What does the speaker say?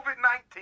COVID-19